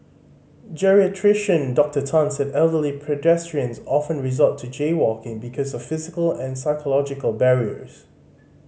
geriatrician Dr Tan said elderly pedestrians often resort to jaywalking because of physical and psychological barriers